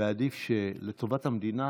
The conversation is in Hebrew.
ועדיף לטובת המדינה